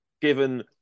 given